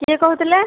କିଏ କହୁଥିଲେ